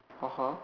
(uh huh)